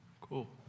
Cool